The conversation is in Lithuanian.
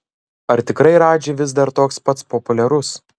ar tikrai radži vis dar toks pats populiarus